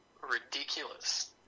ridiculous